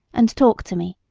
and talk to me,